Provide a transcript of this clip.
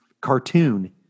cartoon